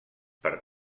per